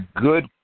good